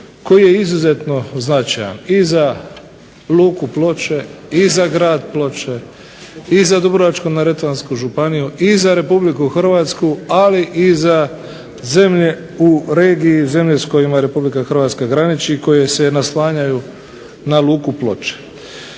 koji je izuzetno značajan i za luku Ploče i za grad Ploče i za Dubrovačko-neretvansku županiju i za Republiku Hrvatsku ali i za zemlje u regiji, zemlje s kojima Republika Hrvatska graniči, koje se naslanjaju na luku Ploče.